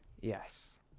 yes